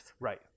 Right